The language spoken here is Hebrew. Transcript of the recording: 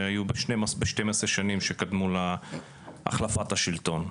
שהיו ב-12 השנים שקדמו להחלפת השלטון.